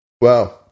Wow